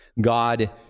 God